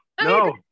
no